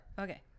Okay